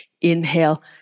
Inhale